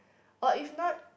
or if not